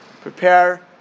prepare